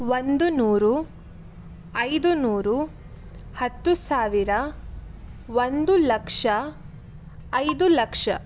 ಒಂದು ನೂರು ಐದು ನೂರು ಹತ್ತು ಸಾವಿರ ಒಂದು ಲಕ್ಷ ಐದು ಲಕ್ಷ